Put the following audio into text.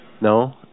No